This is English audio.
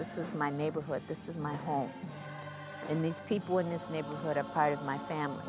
this is my neighborhood this is my home in these people in this neighborhood a part of my family